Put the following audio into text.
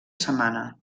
setmana